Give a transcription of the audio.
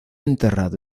enterrado